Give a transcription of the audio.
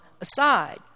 aside